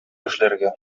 эшләргә